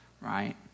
right